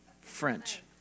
French